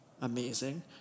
Amazing